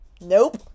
Nope